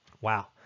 Wow